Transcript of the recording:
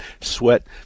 sweat